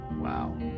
Wow